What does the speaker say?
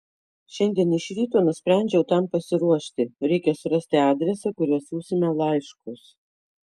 šiandien iš ryto nusprendžiau tam pasiruošti reikia surasti adresą kuriuo siųsime laiškus